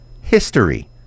History